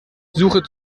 suche